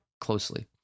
closely